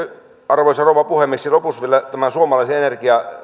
arvoisa rouva puhemies lopuksi vielä suomalaisen